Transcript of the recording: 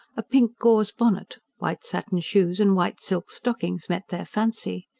a pink gauze bonnet, white satin shoes and white silk stockings met their fancy.